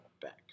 back